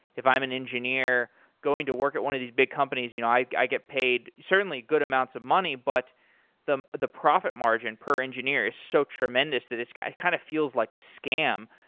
if i'm an engineer going to work at one of these big companies, you know i i get paid certainly good amounts of money, but the the profit margin per engineer is so tremendous that it kind of kind of feels like a scam.